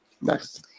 Next